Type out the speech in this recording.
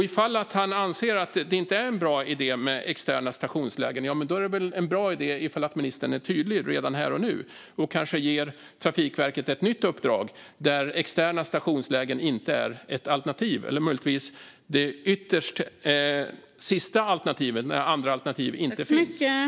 Ifall han anser att det inte är en bra idé med externa stationslägen är det väl en bra idé att han redan här och nu är tydlig och kanske ger Trafikverket ett nytt uppdrag där externa stationslägen inte är ett alternativ eller möjligtvis det sista alternativet, när det inte finns några andra.